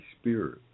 spirit